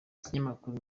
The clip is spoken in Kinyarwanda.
ikinyamakuru